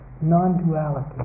non-duality